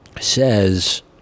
says